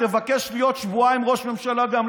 תבקש להיות שבועיים ראש ממשלה גם,